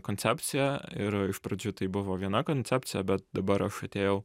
koncepciją ir iš pradžių tai buvo viena koncepcija bet dabar aš atėjau